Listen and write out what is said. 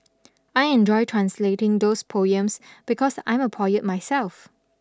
I enjoyed translating those poems because I'm a poet myself